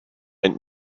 and